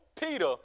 Peter